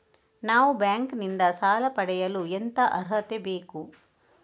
ನಾವು ಬ್ಯಾಂಕ್ ನಿಂದ ಸಾಲ ಪಡೆಯಲು ಎಂತ ಅರ್ಹತೆ ಬೇಕು?